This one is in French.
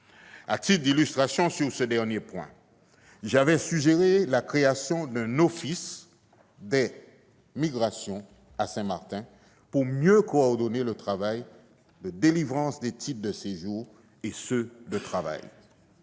À titre d'illustration sur ce dernier point, j'avais suggéré la création d'un office des migrations à Saint-Martin, pour mieux coordonner délivrance des titres de séjours et délivrance